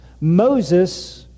Moses